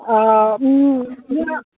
آ